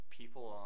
people